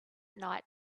night